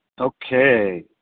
Okay